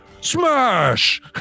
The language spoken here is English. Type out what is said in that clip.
smash